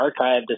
archived